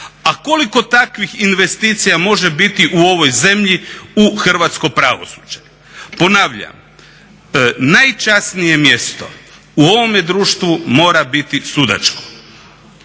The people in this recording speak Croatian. A koliko takvih investicija može biti u ovoj zemlji u hrvatsko pravosuđe. Ponavljam najčasnije mjesto u ovome društvu mora biti sudačko.